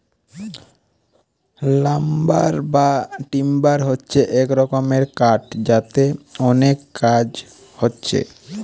lumber বা timber হচ্ছে এক রকমের কাঠ যাতে অনেক কাজ হচ্ছে